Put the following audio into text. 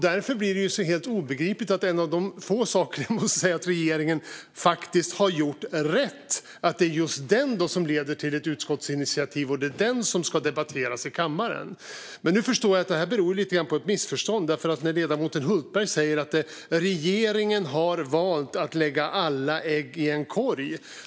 Därför blir det helt obegripligt att det är just en av de få saker som jag måste säga att regeringen faktiskt har gjort rätt som leder till ett utskottsinitiativ och som ska debatteras i kammaren. Men nu förstår jag att detta lite grann beror på ett missförstånd. Ledamoten Hultberg säger att regeringen har valt att lägga alla ägg i samma korg.